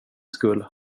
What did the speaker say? skull